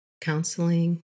counseling